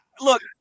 look